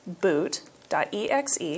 boot.exe